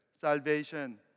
Salvation